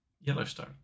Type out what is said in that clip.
Yellowstone